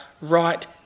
right